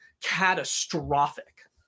catastrophic